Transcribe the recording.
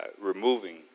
removing